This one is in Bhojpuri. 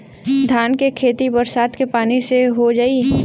धान के खेती बरसात के पानी से हो जाई?